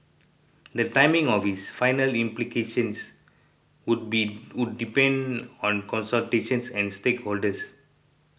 the timing of its final implementations would be would depend on consultations and stakeholders